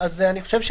אני חושב,